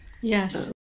Yes